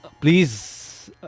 please